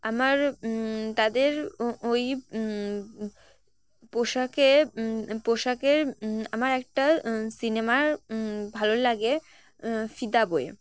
আমার তাদের ওই পোশাকে পোশাকের আমার একটা সিনেমার ভালো লাগে ফিদা বইয়ে